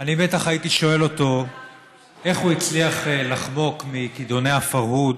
אני בטח הייתי שואל אותו איך הוא הצליח לחמוק מכידוני הפרהוד,